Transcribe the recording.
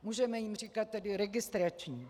Můžeme jim říkat tedy registrační.